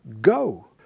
Go